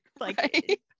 like-